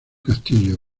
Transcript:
castillo